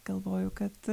galvoju kad